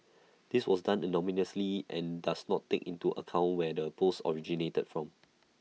this was done anonymously and does not take into account where the post originated from